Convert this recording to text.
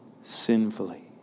sinfully